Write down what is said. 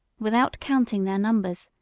without counting their numbers,